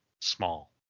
small